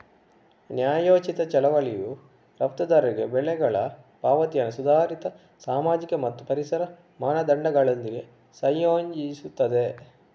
ನ್ಯಾಯೋಚಿತ ಚಳುವಳಿಯು ರಫ್ತುದಾರರಿಗೆ ಬೆಲೆಗಳ ಪಾವತಿಯನ್ನು ಸುಧಾರಿತ ಸಾಮಾಜಿಕ ಮತ್ತು ಪರಿಸರ ಮಾನದಂಡಗಳೊಂದಿಗೆ ಸಂಯೋಜಿಸುತ್ತದೆ